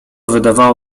wydawało